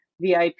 VIP